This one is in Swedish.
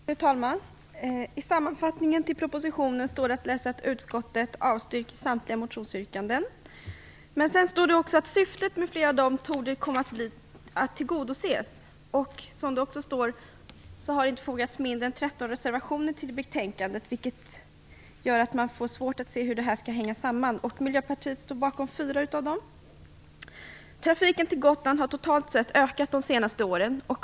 Fru talman! I sammanfattningen av betänkandet står det att läsa att utskottet har avstyrkt samtliga motionsyrkanden. Men det anförs också att syftet med flera av motionerna torde komma att tillgodoses. Det framhålls vidare att det har fogats inte mindre än 13 reservationer till betänkandet. Miljöpartiet står bakom Trafiken på Gotland har totalt sett ökat de senaste åren.